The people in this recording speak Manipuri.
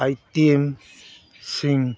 ꯑꯥꯏꯇꯦꯝꯁꯤꯡ